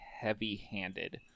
heavy-handed